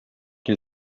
que